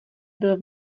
byl